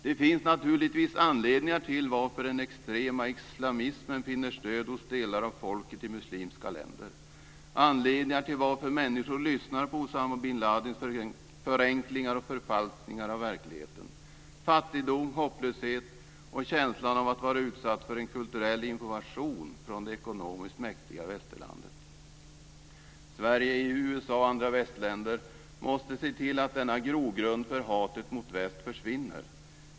Det finns naturligtvis anledningar till att den extrema islamismen finner stöd hos delar av folket i muslimska länder, anledningar till att människor lyssnar på Usama bin Ladins förenklingar och förfalskningar av verkligheten, fattigdom, hopplöshet och känslan av att vara utsatt för en kulturell invasion från det ekonomiskt mäktiga västerlandet. Sverige, EU, USA och andra västländer måste se till att denna grogrund för hatet mot väst försvinner.